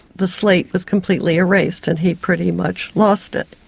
the slate was completely erased and he pretty much lost it.